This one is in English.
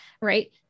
right